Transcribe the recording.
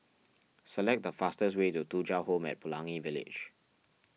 select the fastest way to Thuja Home at Pelangi Village